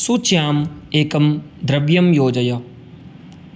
सूच्याम् एकं द्रव्यं योजय